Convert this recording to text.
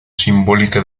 simbólica